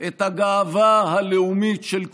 את הגאווה הלאומית של כולנו.